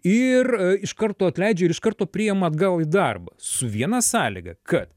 ir iš karto atleidžia ir iš karto priima atgal į darbą su viena sąlyga kad